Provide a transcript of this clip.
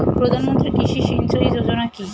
প্রধানমন্ত্রী কৃষি সিঞ্চয়ী যোজনা কি?